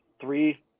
three